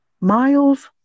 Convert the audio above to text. miles